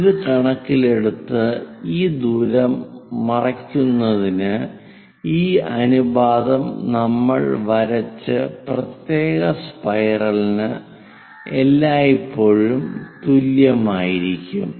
ഇത് കണക്കിലെടുത്ത് ഈ ദൂരം മറയ്ക്കുന്നതിന് ഈ അനുപാതം നമ്മൾ വരച്ച പ്രത്യേക സ്പൈറലിന് എല്ലായ്പ്പോഴും തുല്യമായിരിക്കും